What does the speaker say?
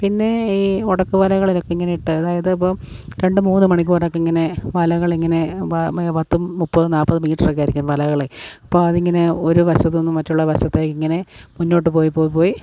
പിന്നെ ഈ ഇടക്ക് വലകളിലൊക്കെ ഇങ്ങനെ ഇട്ട് അതായത് ഇപ്പം രണ്ടു മൂന്നു മണിക്കൂറൊക്കെ ഇങ്ങനെ വലകളിങ്ങനെ പ പ പത്തും മുപ്പതും നാൽപ്പതും മീറ്ററൊക്കെ ആയിരിക്കും വലകളെ അപ്പതിങ്ങനെ ഒരു വശത്തു നിന്ന് മറ്റുള്ള വശത്തേക്കിങ്ങനെ മുന്നോട്ടു പോയ് പോയ് പോയി